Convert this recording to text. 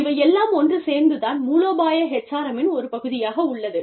இவை எல்லாம் ஒன்று சேர்ந்து தான் மூலோபாய HRM ன் ஒரு பகுதியாக உள்ளது